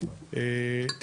אתה